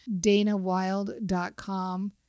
DanaWild.com